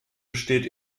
besteht